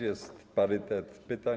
Jest parytet pytań.